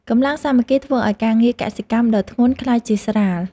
កម្លាំងសាមគ្គីធ្វើឱ្យការងារកសិកម្មដ៏ធ្ងន់ក្លាយជាស្រាល។